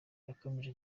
yakomeje